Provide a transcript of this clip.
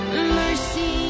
mercy